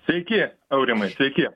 sveiki aurimai sveiki